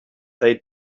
they